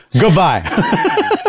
Goodbye